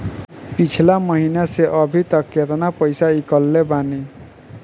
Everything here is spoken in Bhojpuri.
पिछला महीना से अभीतक केतना पैसा ईकलले बानी?